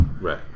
Right